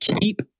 keep